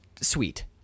sweet